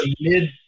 mid